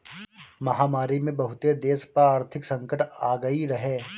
महामारी में बहुते देस पअ आर्थिक संकट आगई रहे